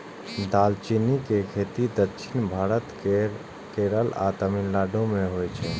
दालचीनी के खेती दक्षिण भारत केर केरल आ तमिलनाडु मे होइ छै